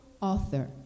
author